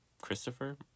Christopher